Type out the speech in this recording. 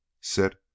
sit